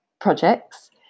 projects